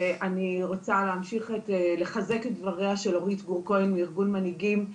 אני רוצה להמשיך ולחזק את דבריה של אורית גור כהן מארגון מנהיגים,